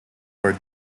for